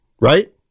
right